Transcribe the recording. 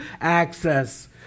access